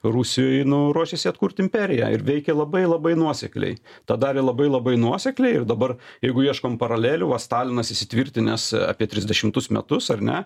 rusijoj ruošėsi atkurt imperiją ir veikė labai labai nuosekliai tą darė labai labai nuosekliai ir dabar jeigu ieškom paralelių va stalinas įsitvirtinęs apie trisdešimtus metus ar ne